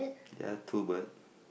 ya two bird